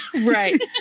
Right